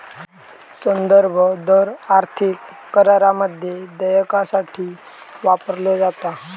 संदर्भ दर आर्थिक करारामध्ये देयकासाठी वापरलो जाता